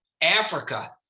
africa